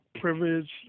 Privilege